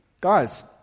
Guys